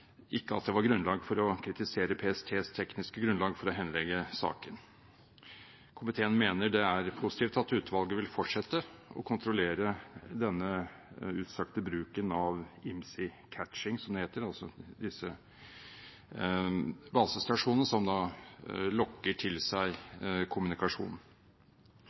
at det var grunnlag for å kritisere PSTs tekniske grunnlag for å henlegge saken. Komiteen mener det er positivt at utvalget vil fortsette å kontrollere denne utstrakte bruken av IMSI-catching, som det heter, altså disse basestasjonene som lokker til seg kommunikasjon.